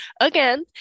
again